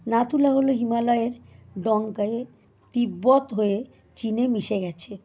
নাথুলা হল হিমালয়ের ডংকায়ে তিব্বত হয়ে চিনে মিশে গিয়েছে